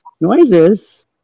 noises